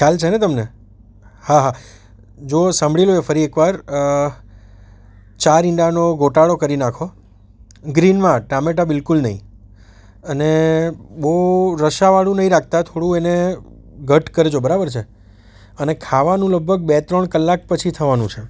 ખ્યાલ છે ને તમને હા હા જૂઓ સાંભળી લો એ ફરી એક વાર ચાર ઈંડાનો ગોટાળો કરી નાખો ગ્રીનમાં ટામેટાં બિલકુલ નહીં અને બહુ રસાવાળું નહીં રાખતા થોડું એને ઘટ્ટ કરજો બરાબર છે અને ખાવાનું લગભગ બે ત્રણ કલાક પછી થવાનું છે